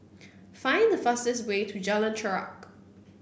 find the fastest way to Jalan Chorak